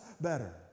better